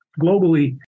globally